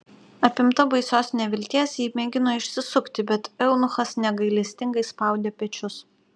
apimta baisios nevilties ji mėgino išsisukti bet eunuchas negailestingai spaudė pečius